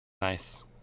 Nice